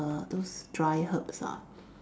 the those dry herbs ah